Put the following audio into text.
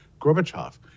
Gorbachev